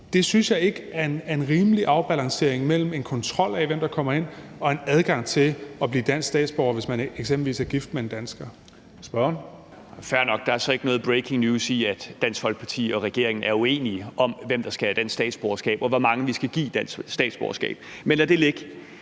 Det synes jeg ikke er en rimelig afbalancering mellem en kontrol af, hvem der kommer ind, og en adgang til at blive dansk statsborger, hvis man eksempelvis er gift med en dansker. Kl. 11:14 Tredje næstformand (Karsten Hønge): Spørgeren. Kl. 11:14 Peter Kofod (DF): Fair nok. Der er altså ikke noget breaking news i, at Dansk Folkeparti og regeringen er uenige om, hvem der skal have dansk statsborgerskab, og hvor mange vi skal give dansk statsborgerskab – men lad det ligge.